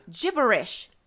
Gibberish